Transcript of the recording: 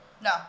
No